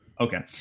Okay